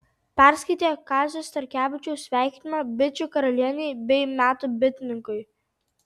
perskaitė kazio starkevičiaus sveikinimą bičių karalienei bei metų bitininkui